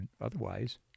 otherwise